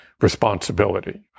responsibility